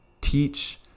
teach